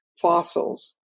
fossils